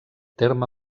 terme